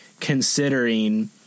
Considering